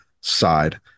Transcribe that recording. side